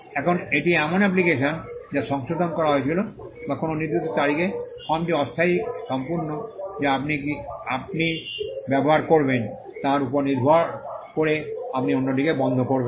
এখন এটি এমন একটি অ্যাপ্লিকেশন যা সংশোধন করা হয়েছিল বা কোনও নির্দিষ্ট তারিখে ফর্মটি অস্থায়ী সম্পূর্ণ যা আপনি কে ব্যবহার করবেন তার উপর নির্ভর করে আপনি অন্যটিকে বন্ধ করবেন